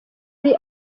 ari